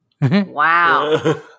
Wow